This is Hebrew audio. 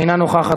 אינה נוכחת.